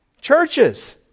Churches